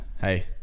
hey